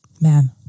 man